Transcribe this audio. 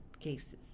cases